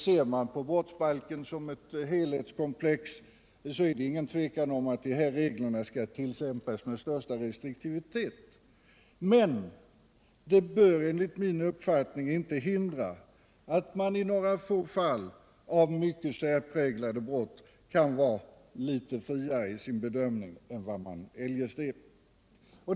Ser man på brottsbalken som ett helhetskomplex råder inget tvivel om att dessa regler skall tillämpas med största restriktivitet. Men detta bör enligt min uppfattning inte hindra att man i några få fall av mycket särpräglade brott kan vara litet friare i sin bedömning än man eljest är.